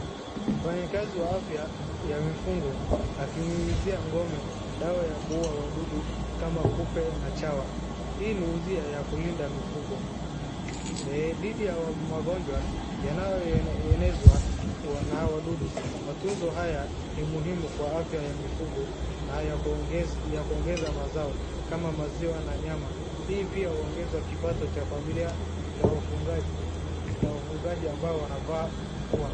Mfanyi kazi wa afya ya mifugo akimyunyizia ng'ombe dawa ya kuuwa wadudu kama kupe na chawa. Hii ni njia ya kulinda mifugo. Dhidi ya magonjwa yanayo enezwa na wadudu. Matunzo haya ni muhimu kwa afya ya mifugo naya kuongeza mazao kama maziwa na nyama. Hii pia uongeza mapato ya familia na wafugaji ambao wanafaa kuwa.